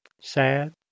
sad